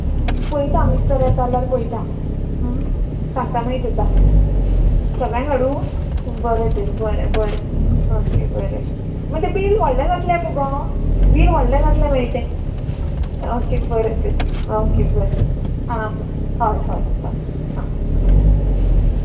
पळयता मिस्टर येता आल्यार पयता हा सांगता मागीर तुका सगळ्यांग हाडूं बरें तर बरें बरें ऑके बरें मागीर तें बील व्होडलें जातलें मुगो बील व्हडलें जातलें मागीर तें ऑके बरें तर ऑके बरें आ ब हय हय हय हा हा